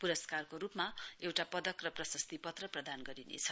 पुरस्कारको रुपमा एउटा पदक र प्रशासित पत्र प्रदान गरिनेछ